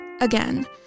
Again